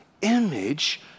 image